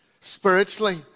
spiritually